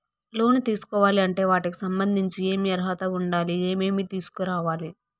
లోను తీసుకోవాలి అంటే వాటికి సంబంధించి ఏమి అర్హత ఉండాలి, ఏమేమి తీసుకురావాలి